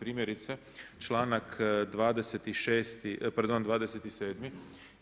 Primjerice, članak 27.